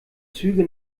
züge